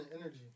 energy